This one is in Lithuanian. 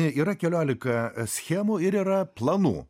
yra keliolika schemų ir yra planų